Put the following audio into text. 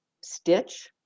stitch